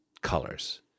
colors